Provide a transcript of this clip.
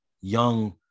young